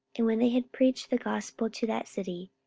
and when they had preached the gospel to that city,